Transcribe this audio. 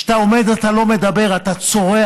כשאתה עומד אתה לא מדבר, אתה צורח.